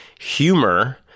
humor